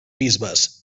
bisbes